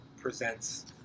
presents